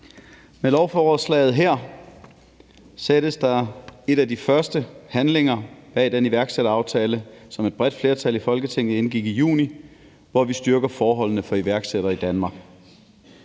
Med lovforslaget her sættes der en af de første handlinger bag den iværksætteraftale, som et bredt flertal i Folketinget indgik i juni, hvor vi styrker forholdene for iværksættere i Danmark.